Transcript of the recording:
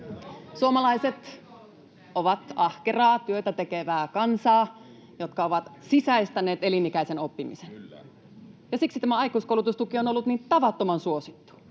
Suomalaiset ovat ahkeraa, työtä tekevää kansaa, joka on sisäistänyt elinikäisen oppimisen. Siksi tämä aikuiskoulutustuki on ollut niin tavattoman suosittu,